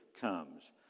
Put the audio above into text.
comes